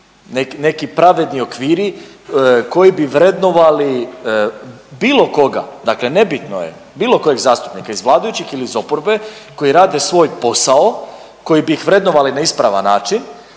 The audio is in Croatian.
neki pravedni okviri koji bi vrednovali bilo koga. Dakle, nebitno je bilo kojeg zastupnika iz vladajućih ili iz oporbe koji rade svoj posao, koji bi ih vrednovali na ispravan način,